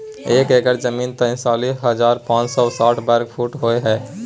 एक एकड़ जमीन तैंतालीस हजार पांच सौ साठ वर्ग फुट होय हय